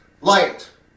light